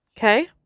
Okay